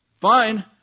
Fine